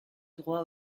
droit